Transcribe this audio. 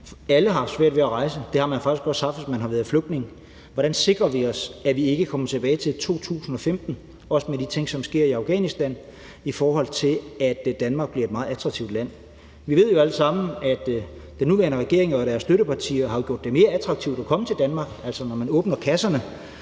alle har haft svært ved at rejse – det har man faktisk også haft, hvis man har været flygtning. Hvordan sikrer vi os, at vi ikke kommer tilbage til 2015, også med de ting, der sker i Afghanistan, i forhold til at Danmark bliver et meget attraktivt land? Vi ved jo alle sammen, at den nuværende regering og deres støttepartier jo har gjort det mere attraktivt at komme til Danmark. Altså; at åbne kasserne